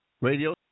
radio